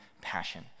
passion